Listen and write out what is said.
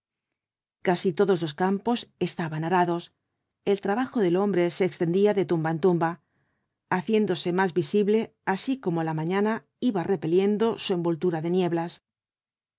casi todos los campos estaban arados el trabajo del hombre se extendía de tumba en tumba haciéndose más visible así como la mañana iba repeliendo su envoltura de nieblas